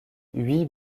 huit